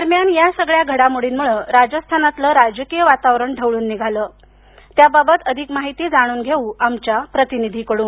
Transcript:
दरम्यान या सगळ्या घडामोर्डीमुळे राजस्थानातलं राजकीय वातावरण ढवळून निघालं त्याबाबत अधिक माहिती जाणून घेऊ आमच्या प्रतिनिधी कडून